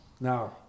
Now